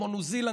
כמו ניו זילנד,